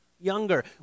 younger